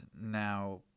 now